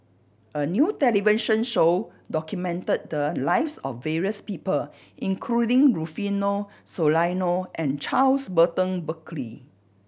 a new television show documented the lives of various people including Rufino Soliano and Charles Burton Buckley